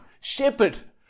shepherd